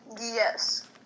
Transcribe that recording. Yes